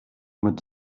mit